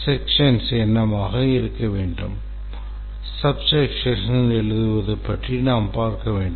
sections என்னவாக இருக்க வேண்டும் subsections எழுதுவது பற்றி நாம் பார்க்க வேண்டும்